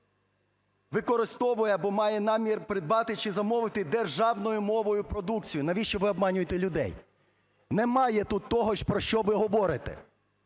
використовує або має намір придбати чи замовити державною мовою продукцію…" Навіщо ви обманюєте людей? Немає тут того, про що ви говорите.